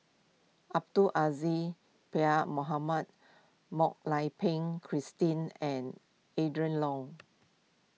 Abdul Aziz Pakkeer Mohamed Mak Lai Peng Christine and Adrin Loi